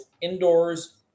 indoors